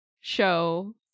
show